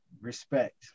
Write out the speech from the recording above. respect